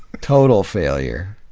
total failure.